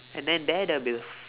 and then there there will